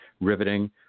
riveting